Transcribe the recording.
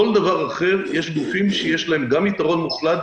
כל דבר אחר יש גופים שיש להם גם יתרון מוחלט,